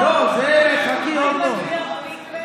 לא, זה חכי, עוד לא.